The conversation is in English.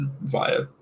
via